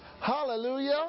Hallelujah